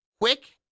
Quick